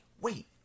wait